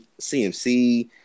CMC